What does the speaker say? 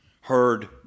heard